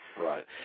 Right